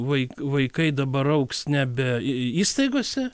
vaik vaikai dabar augs nebe į į įstaigose